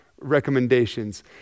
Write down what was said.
recommendations